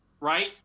right